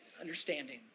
understanding